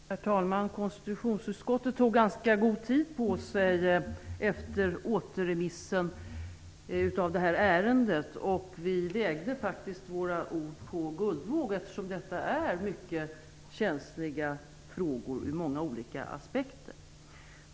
Herr talman! Konstitutionsutskottet tog ganska god tid på sig efter återremissen av ärendet. Orden vägdes på guldvåg, eftersom detta ur många olika aspekter är mycket känsliga frågor.